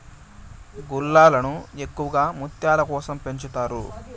గుల్లలను ఎక్కువగా ముత్యాల కోసం పెంచుతారు